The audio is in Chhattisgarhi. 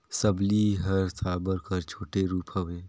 सबली हर साबर कर छोटे रूप हवे